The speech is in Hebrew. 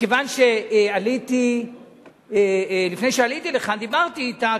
לפני שעליתי לכאן דיברתי אתה,